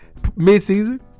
Midseason